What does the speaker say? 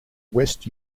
west